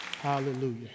Hallelujah